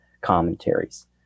commentaries